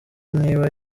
niba